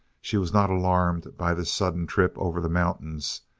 she was not alarmed by this sudden trip over the mountains.